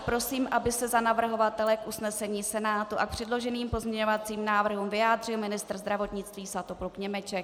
Prosím, aby se za navrhovatele k usnesení Senátu a k předloženým pozměňovacím návrhům vyjádřil ministr zdravotnictví Svatopluk Němeček.